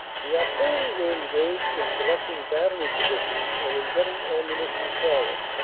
the artillery were engaged in selecting battery positions and in getting ammunition forward,